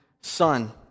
son